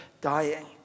dying